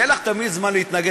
יהיה לך תמיד זמן להתנגד.